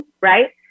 right